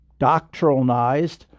doctrinalized